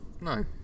No